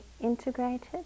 integrated